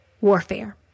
warfare